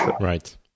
Right